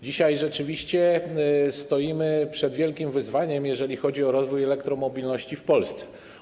Dzisiaj rzeczywiście stoimy przed wielkim wyzwaniem, jeżeli chodzi o rozwój elektromobilności w Polsce.